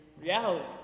reality